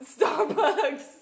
Starbucks